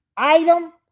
Item